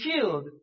killed